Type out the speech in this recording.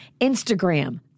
Instagram